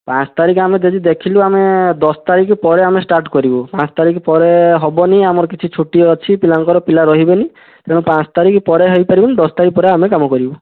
ପାଞ୍ଚ ତାରିଖ ଆମେ ଯଦି ଦେଖିଲୁ ଆମେ ଦଶ ତାରିଖ ପରେ ଆମେ ଷ୍ଟାର୍ଟ କରିବୁ ପାଞ୍ଚ ତାରିଖ ପରେ ହେବନି ଆମର କିଛି ଛୁଟି ଅଛି ପିଲାଙ୍କର ପିଲା ରହିବେନି ତେଣୁ ପାଞ୍ଚ ତାରିଖ ପରେ ହେଇପାରିବନି ଦଶ ତାରିଖ ପରେ ଆମେ କାମ କରିବୁ